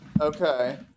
Okay